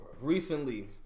recently